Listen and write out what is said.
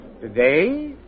Today